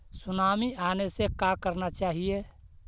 Tsunami आने से का करना चाहिए?